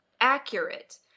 accurate